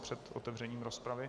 Před otevřením rozpravy.